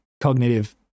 cognitive